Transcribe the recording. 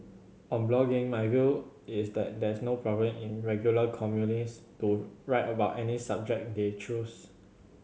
on blogging my view is that there's no problem in regular columnist to write about any subject they choose